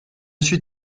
suis